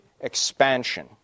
expansion